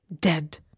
dead